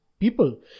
people